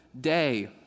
day